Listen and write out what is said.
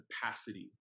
Capacity